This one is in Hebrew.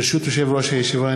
ברשות יושב-ראש הישיבה,